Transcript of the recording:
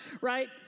right